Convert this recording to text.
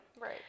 Right